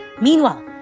Meanwhile